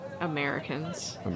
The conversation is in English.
americans